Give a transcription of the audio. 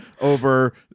over